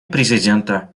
президента